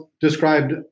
described